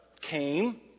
came